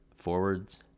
Forwards